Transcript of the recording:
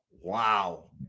wow